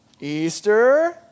Easter